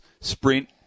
sprint